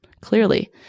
clearly